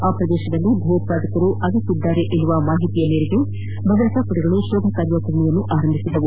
ಆ ಪ್ರದೇಶದಲ್ಲಿ ಭಯೋತ್ಪಾದಕರು ಅಡಗಿದ್ದಾರೆ ಎಂಬ ಮಾಹಿತಿಯ ಮೇರೆಗೆ ಭದ್ರತಾಪಡೆಗಳು ಶೋಧ ಕಾರ್ಯಾಚರಣೆಯನ್ನು ಆರಂಭಿಸಿದವು